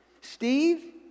Steve